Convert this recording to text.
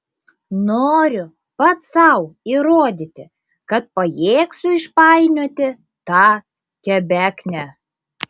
noriu pats sau įrodyti kad pajėgsiu išpainioti tą kebeknę